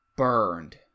burned